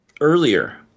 earlier